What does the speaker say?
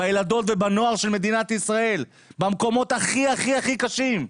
בילדות ובנוער של מדינת ישראל במקומות הכי קשים.